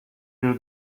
you